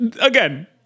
again